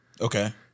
Okay